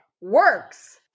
works